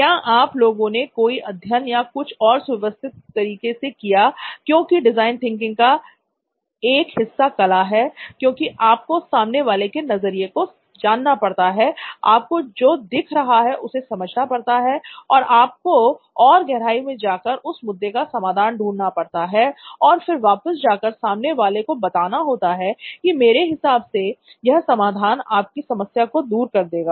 क्या आप लोगों ने कोई अध्ययन या कुछ और सुव्यवस्थित तरीके से किया क्योंकि डिजाइन थिंकिंग का एक हिस्सा कला है क्योंकि आपको सामने वाले के नजरिए को जानना पड़ता है आपको जो दिख रहा है उसे समझना पड़ता है और आपको और गहराई में जाकर उस मुद्दे का समाधान ढूंढना पड़ता है और फिर वापस जाकर सामने वाले को बताना होता है कि मेरे हिसाब से यह समाधान आपकी समस्या को दूर कर देगा